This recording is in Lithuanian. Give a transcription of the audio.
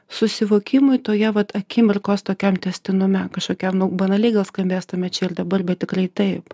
susivokimui toje vat akimirkos tokiam tęstinume kažkokiam banaliai gal skambės tame čia ir dabar bet tikrai taip